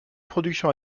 production